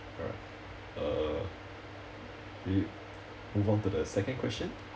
alright uh we move on to the second question